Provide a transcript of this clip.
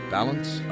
Balance